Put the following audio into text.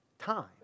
time